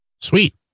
Sweet